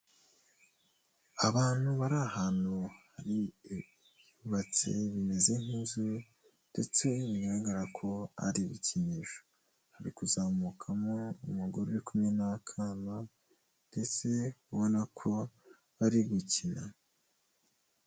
Abantu bari ahantu hari ibintu byubatse bimeze nk'inzu, ndetse bigaragara ko ari ibikinisho hari kuzamukamo umugore uri kumwe n'akana ndetse ubona ko bari gukina.